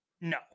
no